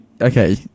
Okay